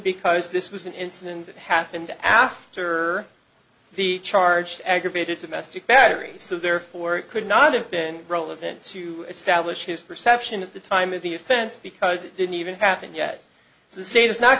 because this was an incident that happened after the charged aggravated domestic battery so therefore it could not have been relevant to establish his perception of the time of the offense because it didn't even happen yet so the state has not